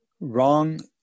wrong